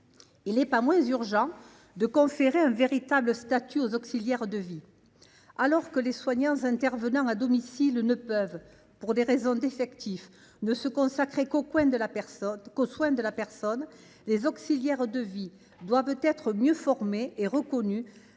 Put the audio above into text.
Il n’est pas moins urgent de conférer un vrai statut aux auxiliaires de vie : alors que les soignants intervenant à domicile ne peuvent se consacrer, pour des raisons d’effectifs, qu’aux soins de la personne, les auxiliaires de vie doivent être mieux formés et mieux reconnus